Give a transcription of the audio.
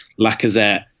Lacazette